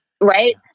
Right